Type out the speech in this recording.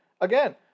Again